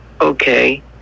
Okay